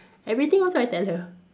everything also I tell her